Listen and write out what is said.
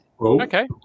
Okay